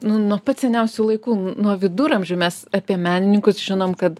nu nuo pat seniausių laikų nuo viduramžių mes apie menininkus žinom kad